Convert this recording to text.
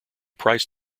price